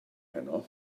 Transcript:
heno